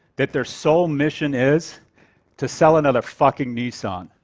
that their sole mission is to sell another fucking nissan.